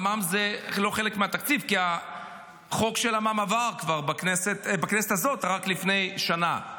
המע"מ לא חלק מהתקציב כי החוק של המע"מ עבר כבר בכנסת הזאת רק לפני שנה.